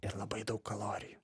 ir labai daug kalorijų